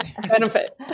benefit